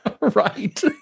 Right